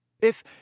If